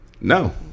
No